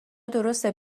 درسته